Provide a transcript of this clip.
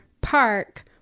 park